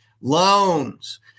loans